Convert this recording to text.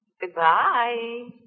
Goodbye